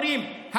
אומרים,